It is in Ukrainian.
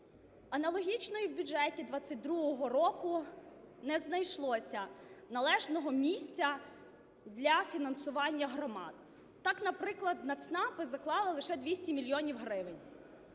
Аналогічно і в бюджеті 2022 року не знайшлося належного місця для фінансування громад. Так, наприклад, на ЦНАПи заклали лише 200 мільйонів гривень.